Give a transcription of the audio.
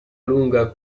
lunga